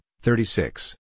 thirty-six